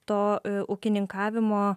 to ūkininkavimo